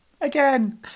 again